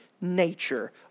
nature